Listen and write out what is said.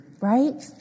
Right